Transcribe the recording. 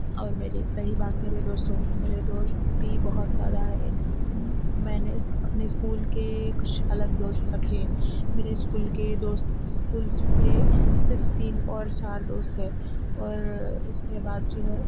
اور میرے رہی بات میرے دوستوں کی میرے دوست بھی بہت زیادہ ہے میں نے اس اپنے اسکول کے کچھ الگ دوست رکھے میرے اسکول کے دوست اسکولس کے صرف تین اور چار دوست ہیں اور اس کے بعد جو ہے